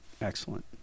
Excellent